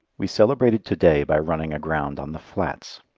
we celebrated to-day by running aground on the flats.